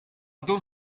don